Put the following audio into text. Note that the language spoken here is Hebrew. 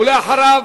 ואחריו,